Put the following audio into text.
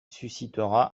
suscitera